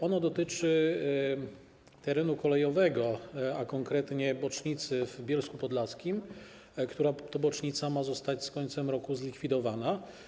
Ono dotyczy terenu kolejowego, a konkretnie bocznicy w Bielsku Podlaskim, która to bocznica ma zostać z końcem roku zlikwidowana.